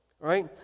right